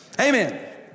amen